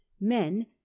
men